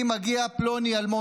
אם מגיע פלוני-אלמוני,